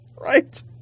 Right